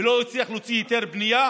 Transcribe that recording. לא הצליח להוציא היתר בנייה,